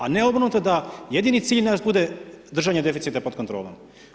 A ne obrnuto da jedini cilj naš bude držanje deficita pod kontrolom.